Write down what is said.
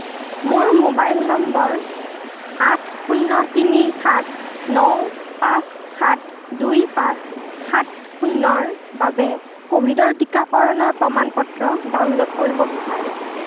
মই মোৰ mobile number আঠ শূণ্য তিনি সাত ন পাঁচ সাত দুই পাঁচ সাত শূণ্যৰ বাবে ক'ভিডৰ টিকাকৰণৰ প্ৰমাণ পত্ৰ ডাউনলড কৰিব বিচাৰোঁ